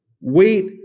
wait